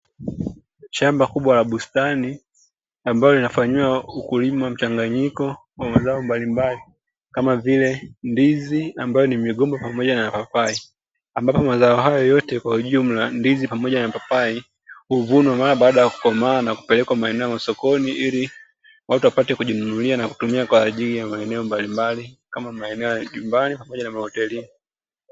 Shamba kubwa la bustani ambalo linafanyiwa ukulima mchanganyiko wa mazao mbalimbali kama vile; ndizi (ambayo ni migomba) pamoja na papai ambapo mazao hayo yote kwa ujumla ndizi pamoja na papai: huvunwa mara baada ya kukomaa na kupelekwa maeneo ya sokoni ili watu wapate kujinunulia na kutumia kwaajili ya maeneo mbalimbali kama maeneo ya majumbani pamoja na mahotelini.